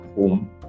home